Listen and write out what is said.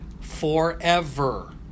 forever